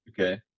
Okay